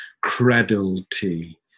credulity